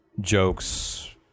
jokes